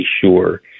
sure